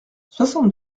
soixante